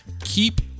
Keep